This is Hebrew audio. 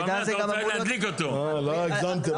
המידע הזה גם אמור להיות --- לא, הגזמתם עכשיו.